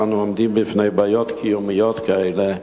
כשאנו עומדים בפני בעיות קיומיות כאלה,